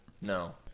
No